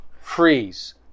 freeze